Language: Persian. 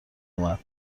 اومد